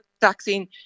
vaccine